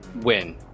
win